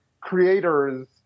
creators